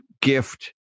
gift